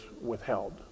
withheld